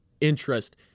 interest